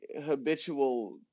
habitual